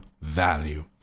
value